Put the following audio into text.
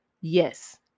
Yes